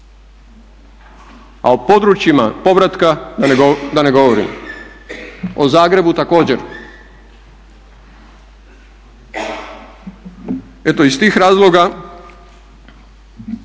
A o područjima povratka da ne govorim. O Zagrebu također. Eto iz tih razloga